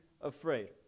afraid